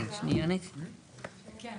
בעצם